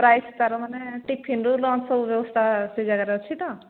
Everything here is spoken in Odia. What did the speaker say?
ପ୍ରାଇସ୍ ତାର ମାନେ ଟିଫିନରୁ ଲଞ୍ଚ ସବୁ ବ୍ୟବସ୍ଥା ସେ ଜାଗାରେ ଅଛି ତ